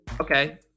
Okay